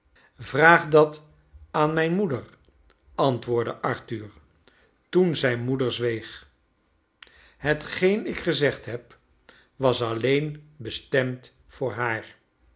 vraag dat aan mijn moeder antwoordde arthur toen zijn moeder zweeg hetgeen ik gezegd heb was alleen bestemd voor haar